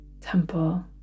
temple